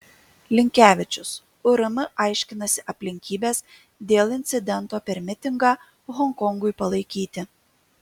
linkevičius urm aiškinasi aplinkybes dėl incidento per mitingą honkongui palaikyti